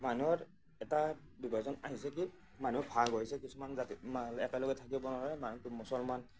মানুহৰ এটা বিভাজন আহিছে কি মানুহ ভাগ হৈছে কিছুমান জাতি একেলগে থাকিব নোৱাৰে মানুহটো মুছলমান